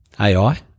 AI